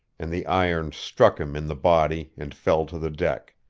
and the irons struck him in the body and fell to the deck.